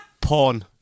Porn